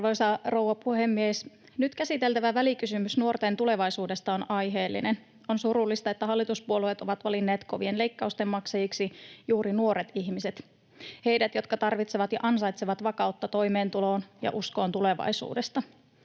Arvoisa rouva puhemies! Nyt käsiteltävä välikysymys nuorten tulevaisuudesta on aiheellinen. On surullista, että hallituspuolueet ovat valinneet kovien leikkausten maksajiksi juuri nuoret ihmiset, heidät, jotka tarvitsevat ja ansaitsevat vakautta toimeentuloon ja uskoon tulevaisuudesta,